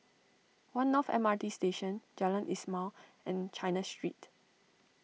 one North M R T Station Jalan Ismail and China Street